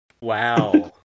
Wow